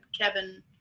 Kevin